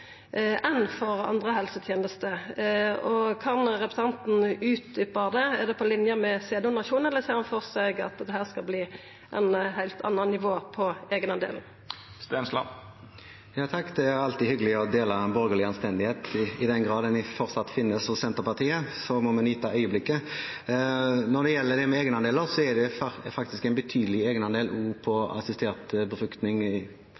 enn for andre helsetenester. Kan representanten utdjupa det? Vert det på line med sæddonasjon, eller ser han føre seg at det vert eit heilt anna nivå på eigendelen? Det er alltid hyggelig å dele borgerlig anstendighet. I den grad den fortsatt finnes hos Senterpartiet, må vi nyte øyeblikket. Når det gjelder egenandeler, er det faktisk en betydelig egenandel også på assistert befruktning